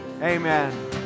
amen